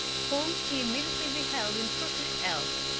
whom he immediately beheld in perfect health,